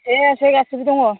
दे फै गासिबो दङ